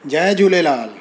Jay Jhulelal